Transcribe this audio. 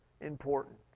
important